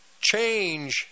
change